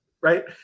right